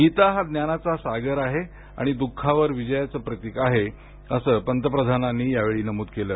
गीता हा ज्ञानाचा सागर आहे आणि दुःखावर विजयाचं प्रतीक आहे असं पंतप्रधानांनी नमूद केलं